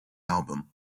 album